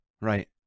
right